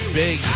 big